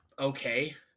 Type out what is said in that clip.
Okay